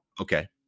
Okay